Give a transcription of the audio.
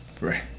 Right